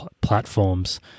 platforms